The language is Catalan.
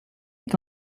que